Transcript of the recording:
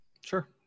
Sure